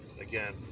Again